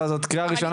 אבל זאת קריאה ראשונה,